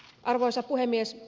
arvoisa puhemies